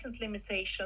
limitations